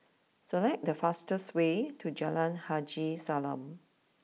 select the fastest way to Jalan Haji Salam